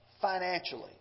Financially